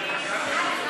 התשע"ז 2017,